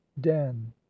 den